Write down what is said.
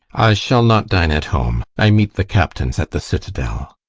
i shall not dine at home i meet the captains at the citadel.